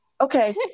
okay